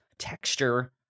texture